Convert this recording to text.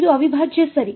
ಇದು ಅವಿಭಾಜ್ಯ ಸರಿ